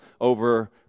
over